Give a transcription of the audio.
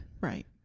Right